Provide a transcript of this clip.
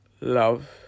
love